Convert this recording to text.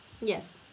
Yes